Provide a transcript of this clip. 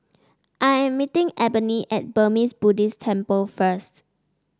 I am meeting Ebony at Burmese Buddhist Temple first